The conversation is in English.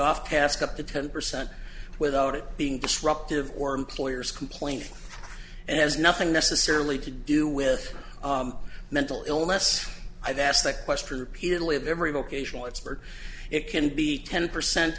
off task up to ten percent without it being disruptive or employers complain it has nothing necessarily to do with mental illness i've asked the question repeatedly of every vocational answered it can be ten percent